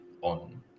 on